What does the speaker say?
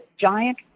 giant